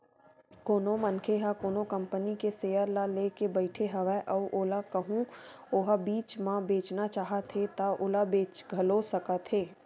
कोनो मनखे ह कोनो कंपनी के सेयर ल लेके बइठे हवय अउ ओला कहूँ ओहा बीच म बेचना चाहत हे ता ओला बेच घलो सकत हे